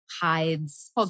hides